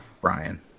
Brian